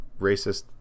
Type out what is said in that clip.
racist